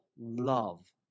love